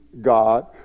God